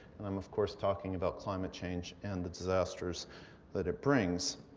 and i'm of course talking about climate change and the disasters that it brings.